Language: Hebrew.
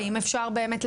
האם אפשר באמת,